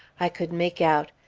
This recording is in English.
i could make out,